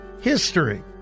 history